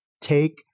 take